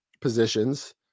positions